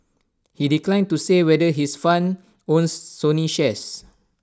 he declined to say whether his fund owns Sony shares